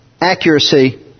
accuracy